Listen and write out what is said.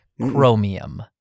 Chromium